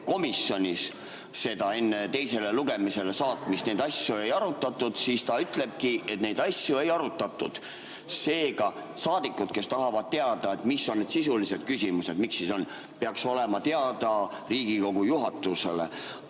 komisjonis enne teisele lugemisele saatmist neid asju ei arutatud, siis ta ütlebki, et neid asju ei arutatud. Seega saadikud, kes tahavad teada, mis on need sisulised küsimused, miks nii on, peaks olema teada Riigikogu juhatusele.